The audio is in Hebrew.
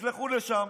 תשלחו לשם,